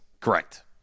correct